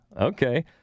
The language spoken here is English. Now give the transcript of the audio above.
Okay